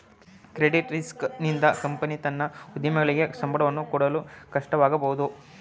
credit risk ನಿಂದ company ತನ್ನ ಉದ್ಯೋಗಿಗಳಿಗೆ ಸಂಬಳವನ್ನು ಕೊಡಲು ಕಷ್ಟವಾಗಬಹುದು